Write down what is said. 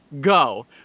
Go